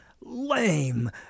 lame